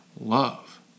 love